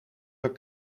van